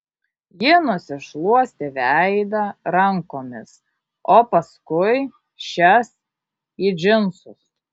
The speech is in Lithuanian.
ji nusišluostė veidą rankomis o paskui šias į džinsus